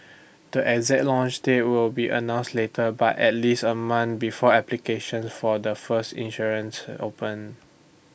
the exact launch date will be announce later by at least A month before applications for the first issuance open